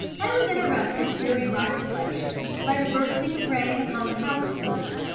i was interrupted during my reflections by the bursting of rain upon the house-roofs,